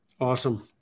Awesome